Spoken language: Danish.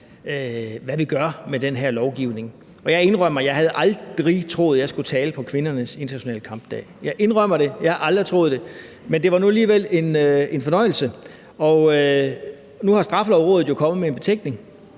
hvad vi gør med den her lovgivning. Jeg indrømmer, at jeg aldrig havde troet, at jeg skulle tale på kvindernes internationale kampdag; jeg indrømmer det, jeg havde aldrig troet det, men det var nu alligevel en fornøjelse. Nu er Straffelovrådet jo kommet med en betænkning,